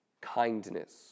kindness